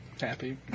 happy